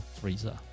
freezer